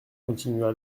continua